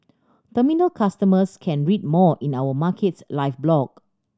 terminal customers can read more in our Markets Live blog